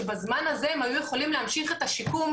שבזמן הזה הם היו יכולים להמשיך את השיקום,